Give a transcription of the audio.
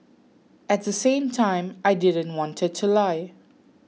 at the same time I didn't wanted to lie